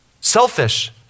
selfish